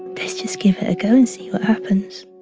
let's just give it a go and see what happens.